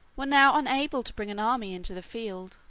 were now unable to bring an army into the field,